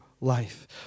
life